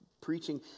preaching